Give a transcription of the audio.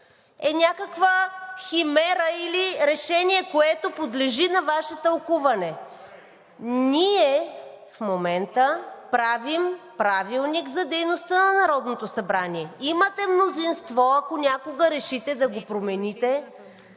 е някаква химера или решение, което подлежи на Ваше тълкуване. Ние в момента правим Правилник за дейността на Народното събрание. Имате мнозинство, ако някога решите да го промените